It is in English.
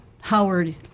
howard